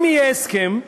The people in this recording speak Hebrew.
אם יהיה הסכם,